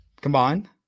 combined